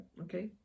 Okay